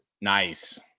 Nice